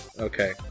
Okay